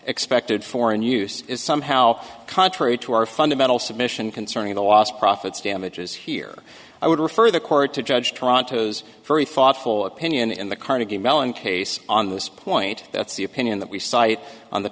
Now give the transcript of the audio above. expected foreign use is somehow contrary to our fundamental submission concerning the lost profits damages here i would refer the court to judge toronto's very thoughtful opinion in the carnegie mellon case on this point that's the opinion that we cite on the